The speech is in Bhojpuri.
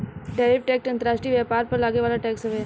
टैरिफ टैक्स अंतर्राष्ट्रीय व्यापार पर लागे वाला टैक्स हवे